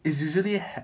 it's usually ha~